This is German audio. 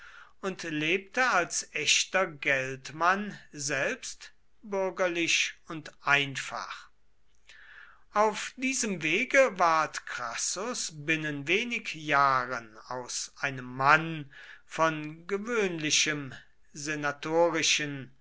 und lebte als echter geldmann selbst bürgerlich und einfach auf diesem wege ward crassus binnen wenig jahren aus einem mann von gewöhnlichem